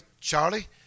Charlie